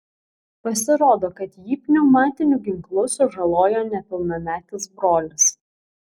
pasirodo kad jį pneumatiniu ginklu sužalojo nepilnametis brolis